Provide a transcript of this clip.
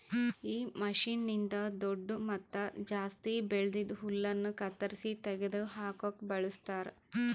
ಈ ಮಷೀನ್ನ್ನಿಂದ್ ದೊಡ್ಡು ಮತ್ತ ಜಾಸ್ತಿ ಬೆಳ್ದಿದ್ ಹುಲ್ಲನ್ನು ಕತ್ತರಿಸಿ ತೆಗೆದ ಹಾಕುಕ್ ಬಳಸ್ತಾರ್